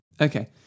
Okay